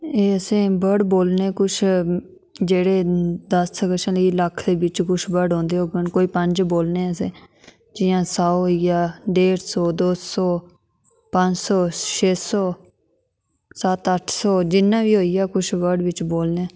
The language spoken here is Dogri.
एह् सेम वर्ड बोलने कुछ जेह्ड़े दस्स कशा लेइयै लक्ख बिच्च कुछ वर्ड औंदे होङन कोई पंज बोलने असें जियां सौ होई गेआ डेढ सौ दौ सौ पंज सौ छे सौ सत्त अट्ठ सौ जिन्ना बी होई जा कुछ वर्ड बिच्च बोलने